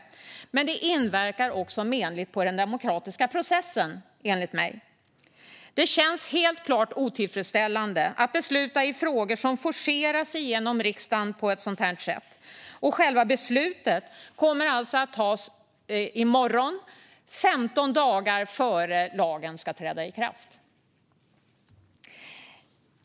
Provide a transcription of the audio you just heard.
Det inverkar också menligt på den demokratiska processen, enligt mig. Det känns helt klart otillfredsställande att besluta i frågor som forceras igenom riksdagen på detta sätt. Själva beslutet kommer alltså att tas i morgon, 15 dagar innan lagen ska träda i kraft.